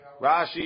Rashi